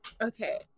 Okay